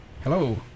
Hello